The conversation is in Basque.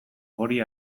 hori